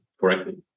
correctly